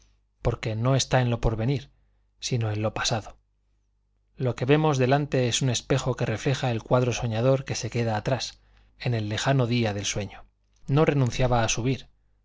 porque no está en lo porvenir sino en lo pasado lo que vemos delante es un espejo que refleja el cuadro soñador que se queda atrás en el lejano día del sueño no renunciaba a subir